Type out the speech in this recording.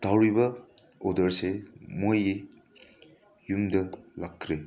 ꯇꯧꯔꯤꯕ ꯑꯣꯗꯔꯁꯦ ꯃꯣꯏꯒꯤ ꯌꯨꯝꯗ ꯂꯥꯛꯈ꯭ꯔꯦ